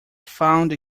found